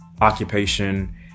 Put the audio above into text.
occupation